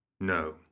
No